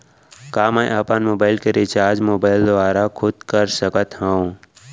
का मैं अपन मोबाइल के रिचार्ज मोबाइल दुवारा खुद कर सकत हव?